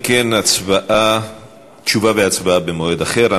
אם כן, תשובה והצבעה במועד אחר.